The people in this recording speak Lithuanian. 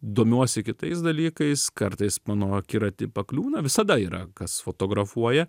domiuosi kitais dalykais kartais mano akiratį pakliūna visada yra kas fotografuoja